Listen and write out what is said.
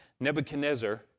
Nebuchadnezzar